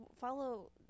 follow